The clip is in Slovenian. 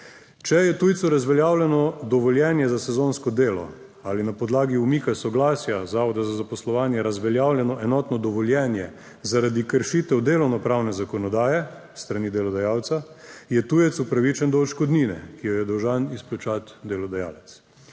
Če je tujcu razveljavljeno dovoljenje za sezonsko delo ali na podlagi umika soglasja Zavoda za zaposlovanje razveljavljeno enotno dovoljenje, zaradi kršitev delovnopravne zakonodaje s strani delodajalca je tujec upravičen do odškodnine, ki jo je dolžan izplačati delodajalec.